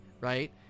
right